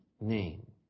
name